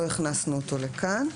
לא הכנסנו אותו לכאן.